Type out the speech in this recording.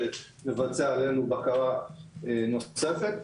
שיבצע עלינו בקרה נוספת,